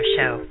Show